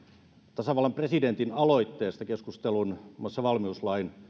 tasavallan presidentin aloitteesta keskustelun muun muassa valmiuslain